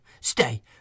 stay